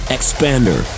Expander